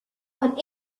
von